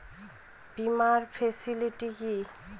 বীমার ফেসিলিটি কি?